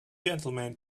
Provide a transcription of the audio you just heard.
gentlemen